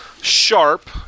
sharp